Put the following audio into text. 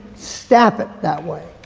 staff it that way.